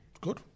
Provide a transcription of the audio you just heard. Good